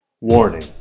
Warning